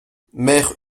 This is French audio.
mère